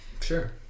Sure